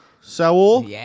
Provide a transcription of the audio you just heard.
Saul